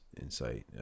insight